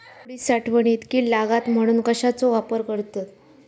उडीद साठवणीत कीड लागात म्हणून कश्याचो वापर करतत?